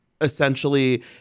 essentially